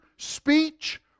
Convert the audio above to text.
speech